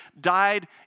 died